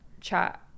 chat